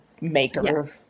maker